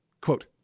quote